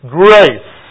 grace